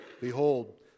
Behold